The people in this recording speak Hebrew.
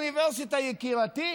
אוניברסיטה יקירתי,